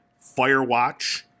Firewatch